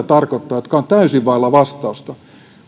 tarkoittaa jotka ovat täysin vailla vastausta